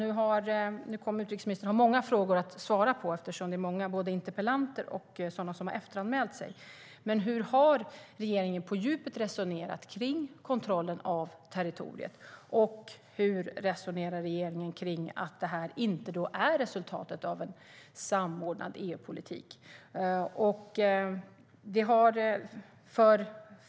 Utrikesministern kommer att ha många frågor att svara på eftersom det är många som deltar i debatten förutom interpellanterna. Men hur har regeringen på djupet resonerat kring kontrollen av territoriet, och hur resonerar regeringen kring att detta inte är resultatet av en samordnad EU-politik?